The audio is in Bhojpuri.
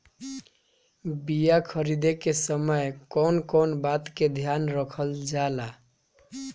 बीया खरीदे के समय कौन कौन बात के ध्यान रखल जाला?